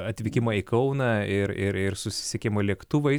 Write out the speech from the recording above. atvykimą į kauną ir ir ir susisiekimą lėktuvai